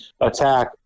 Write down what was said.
attack